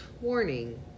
Warning